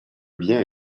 bien